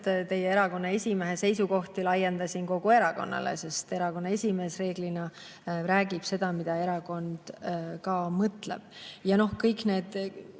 teie erakonna esimehe seisukohti kogu erakonnale. Aga erakonna esimees reeglina räägib seda, mida erakond mõtleb. Ja kõik need